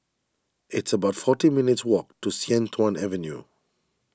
it's about forty minutes' walk to Sian Tuan Avenue